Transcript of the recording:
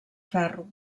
ferro